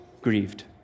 grieved